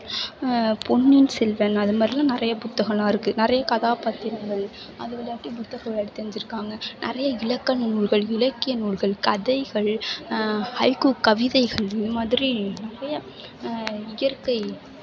பொன்னியின் செல்வன் அது மாதிரிலாம் நிறைய புத்தகமெல்லாம் இருக்குது நிறைய கதாபாத்திரங்கள் அது கொஞ்சம் தாட்டி புத்தகம் ஒரு எடுத்து செஞ்சுருக்காங்க நிறைய இலக்கணங்கள் இலக்கிய நூல்கள் கதைகள் ஹைக்கூ கவிதைகள் இந்த மாதிரி நிறைய இயற்கை